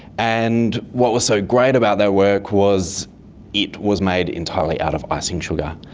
and what was so great about their work was it was made entirely out of icing sugar.